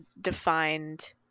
defined